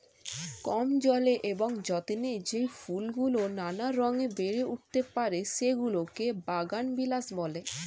কম জলে এবং যত্নে যেই ফুলগুলো নানা রঙে বেড়ে উঠতে পারে, সেগুলোকে বাগানবিলাস বলে